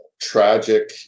tragic